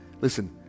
Listen